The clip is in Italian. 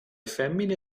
femmine